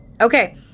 Okay